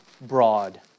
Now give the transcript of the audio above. broad